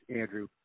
Andrew